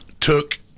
took